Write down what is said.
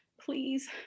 please